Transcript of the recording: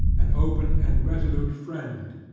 an open and resolute friend,